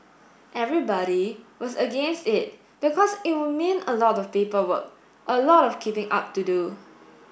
everybody was against it because it would mean a lot of paperwork a lot of keeping up to do